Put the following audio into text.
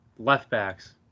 Left-backs